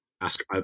ask